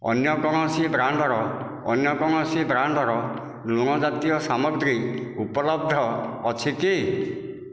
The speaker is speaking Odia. ଅନ୍ୟ କୌଣସି ବ୍ରାଣ୍ଡ୍ର ଅନ୍ୟ କୌଣସି ବ୍ରାଣ୍ଡ୍ର ଲୁଣ ଜାତୀୟ ସାମଗ୍ରୀ ଉପଲବ୍ଧ ଅଛି କି